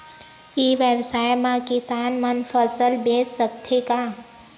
ई व्यवसाय म किसान मन फसल बेच सकथे का?